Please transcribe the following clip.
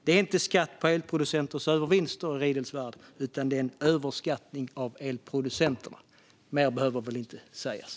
Det är inte skatt på elproducenters övervinster som gäller i Riedls värld utan en överbeskattning av elproducenterna. Mer behöver väl inte sägas.